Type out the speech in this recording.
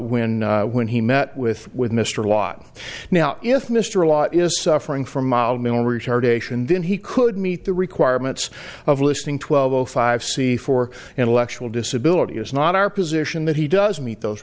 when when he met with with mr watt now if mr law is suffering from mental retardation then he could meet the requirements of listening twelve o five c four intellectual disability is not our position that he does meet those